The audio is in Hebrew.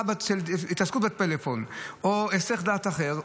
התעסקות בפלאפון או הסח דעת אחר.